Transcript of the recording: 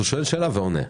הוא שואל שאלה ועונה עליה.